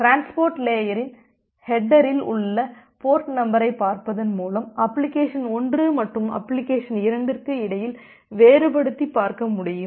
transport லேயரின் ஹேட்டரில் உள்ள போர்ட் நம்பரைப் பார்ப்பதன் மூலம் அப்ளிகேஷன் 1 மற்றும் அப்ளிகேஷன் 2 க்கு இடையில் வேறுபடுத்திப் பார்க்க முடியும்